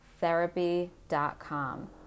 therapy.com